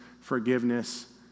forgiveness